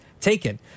taken